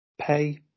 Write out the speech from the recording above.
pay